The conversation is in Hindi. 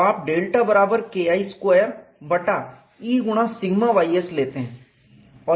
तो आप डेल्टा बराबर KI स्क्वायर बटा E गुणा σys लेते हैं